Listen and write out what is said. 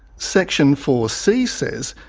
section four c says,